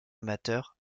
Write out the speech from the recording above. amateur